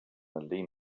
lean